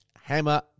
Hammer